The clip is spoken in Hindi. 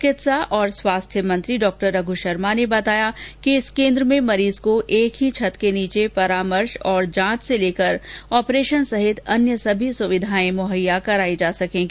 चिकित्सा और स्वास्थ्य मंत्री डॉक्टर रघ शर्मा ने बताया कि इस केन्द्र में मरीज को एक ही छत के नीचे परामर्श और जांच से लेकर ऑपरेशन सहित अन्य सभी सुविधाएं मुहैया करवाई जा सकेंगी